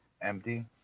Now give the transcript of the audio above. empty